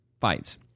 fights